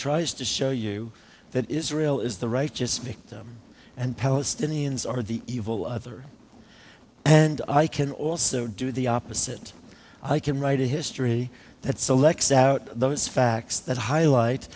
tries to show you that israel is the right just make them and palestinians are the evil other and i can also do the opposite i can write a history that selects out those facts that highlight